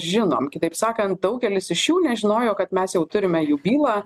žinom kitaip sakant daugelis iš jų nežinojo kad mes jau turime jų bylą